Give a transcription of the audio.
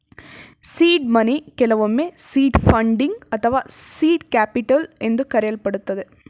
seed money ಕೆಲವೊಮ್ಮೆ seed funding ಅಥವಾ seed capital ಎಂದು ಕರೆಯಲ್ಪಡುತ್ತದೆ